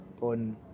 on